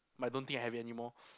but I don't think I have it anymore